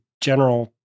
general